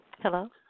Hello